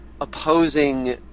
opposing